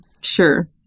sure